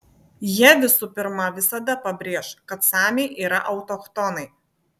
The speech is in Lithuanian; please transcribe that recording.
jie visų pirma visada pabrėš kad samiai yra autochtonai